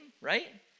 Right